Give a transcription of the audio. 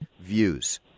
views